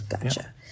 Gotcha